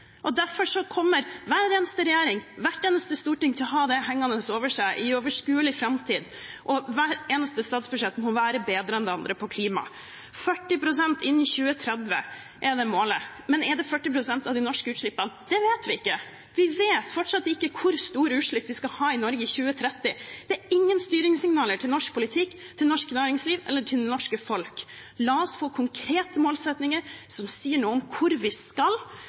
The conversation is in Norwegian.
null. Derfor kommer hver eneste regjering og hvert eneste storting til å ha det hengende over seg i overskuelig framtid. Og hvert eneste statsbudsjett må være bedre enn det forrige når det gjelder klima. 40 pst. inn i 2030 er målet, men er det 40 pst. av de norske utslippene? Det vet vi ikke. Vi vet fortsatt ikke hvor store utslipp vi skal ha i Norge i 2030. Det er ingen styringssignaler til norsk politikk, til norsk næringsliv eller til det norske folk. La oss få konkrete målsettinger, som sier noe om hvor vi skal,